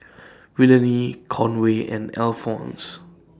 Willene Conway and Alphons